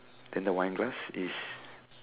then the wine glass is